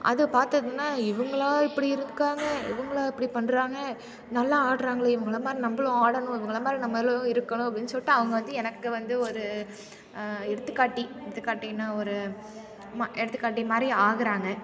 அது பார்த்தது தான் இவங்களா இப்படி இருக்காங்க இவங்களா இப்படி பண்ணுறாங்க நல்லா ஆடுறாங்களே இவங்கள மாதிரி நம்மளும் ஆடணும் இவங்கள மாதிரி நம்மளும் இருக்கணும் அப்படின்னு சொல்லிட்டு அவங்க வந்து எனக்கு வந்து ஒரு எடுத்துக்காட்டி எடுத்துக்காட்டின்னா ஒரு ஆமாம் எடுத்துக்காட்டி மாதிரி ஆகிறாங்க